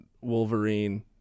Wolverine